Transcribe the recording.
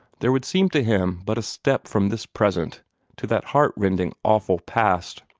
there would seem to him but a step from this present to that heart-rending, awful past.